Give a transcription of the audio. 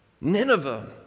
Nineveh